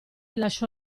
lasciò